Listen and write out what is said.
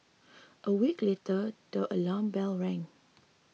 a week later the alarm bells rang